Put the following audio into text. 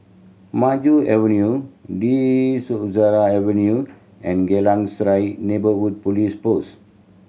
Maju Avenue De Souza Avenue and Geylang Serai Neighbourhood Police Post